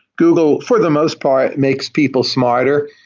google, for the most part, makes people smarter.